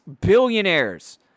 billionaires